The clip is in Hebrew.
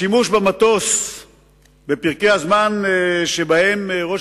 השימוש במטוס בפרקי הזמן שבהם ראש